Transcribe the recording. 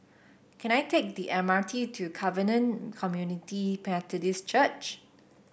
can I take the M R T to Covenant Community Methodist Church